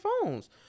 phones